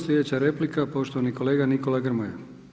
Sljedeća replika, poštovani kolega Nikola Grmoja.